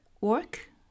work